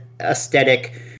aesthetic